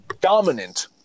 dominant